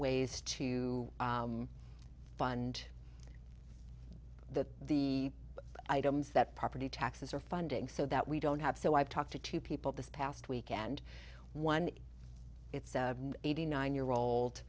ways to fund the the items that property taxes are funding so that we don't have so i've talked to two people this past weekend one eighty nine year old